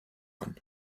one